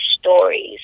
stories